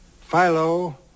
Philo